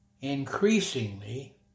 Increasingly